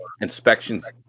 inspections